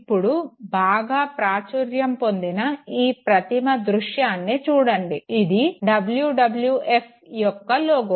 ఇప్పుడు బాగా ప్రాచుర్యం పొందిన ఈ ప్రతిమ దృశ్యాన్ని చూడండి ఇది WWF యొక్క లోగో